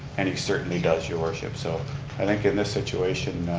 and he certainly does, your worship. so i think in this situation,